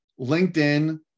LinkedIn